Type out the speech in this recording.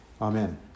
Amen